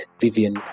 Vivian